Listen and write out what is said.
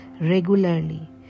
regularly